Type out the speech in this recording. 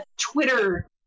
Twitter